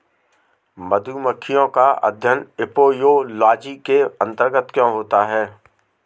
मधुमक्खियों का अध्ययन एपियोलॉजी के अंतर्गत क्यों होता है?